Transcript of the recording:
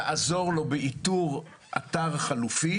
באיתור אתר חלופי.